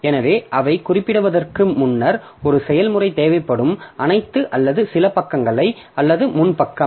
எனவே அவை குறிப்பிடப்படுவதற்கு முன்னர் ஒரு செயல்முறை தேவைப்படும் அனைத்து அல்லது சில பக்கங்களை அல்லது முன் பக்கம்